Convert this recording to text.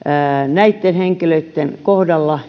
näitten henkilöitten kohdalla